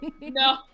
No